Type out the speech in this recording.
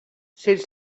celle